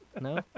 No